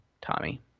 Tommy